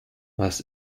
was